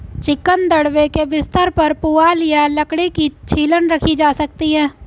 chicken दड़बे के बिस्तर पर पुआल या लकड़ी की छीलन रखी जा सकती है